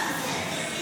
אדלשטיין.